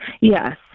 Yes